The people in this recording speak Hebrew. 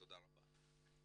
ותודה רבה.